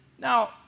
Now